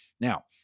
Now